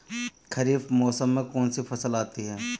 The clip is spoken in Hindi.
खरीफ मौसम में कौनसी फसल आती हैं?